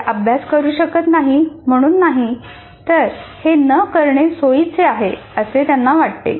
ते अभ्यास करू शकत नाहीत म्हणून नाही तर हे न करणे सोयीचे आहे असे त्यांना वाटते